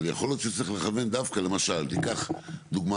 אבל יכול להיות שצריך לכוון דווקא למשל תיקח דוגמה